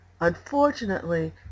Unfortunately